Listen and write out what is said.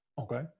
Okay